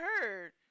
heard